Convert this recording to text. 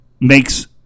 makes